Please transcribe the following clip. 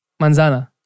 Manzana